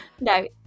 No